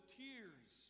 tears